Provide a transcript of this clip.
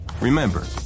Remember